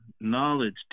knowledge